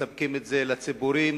מספקים את זה לציפורים,